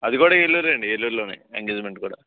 అది కూడా ఏలూరు అండి ఏలూరులోనే ఎంగేజ్మెంట్ కూడా